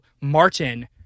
Martin